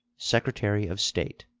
secretary of state.